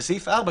בסעיף 4,